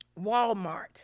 Walmart